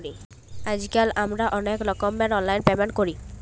আইজকাল আমরা অলেক রকমের অললাইল পেমেল্ট ক্যরি